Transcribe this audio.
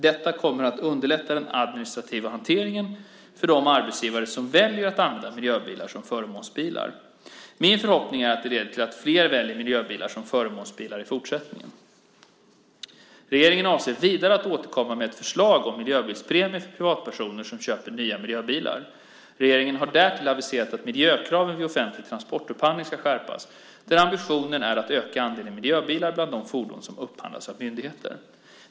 Detta kommer att underlätta den administrativa hanteringen för de arbetsgivare som väljer att använda miljöbilar som förmånsbilar. Min förhoppning är att det leder till att flera väljer miljöbilar som förmånsbilar i fortsättningen. Regeringen avser vidare att återkomma med ett förslag om miljöbilspremie för privatpersoner som köper nya miljöbilar. Regeringen har därtill aviserat att miljökraven vid offentlig transportupphandling ska skärpas, där ambitionen är att öka andelen miljöbilar bland de fordon som upphandlas av myndigheter.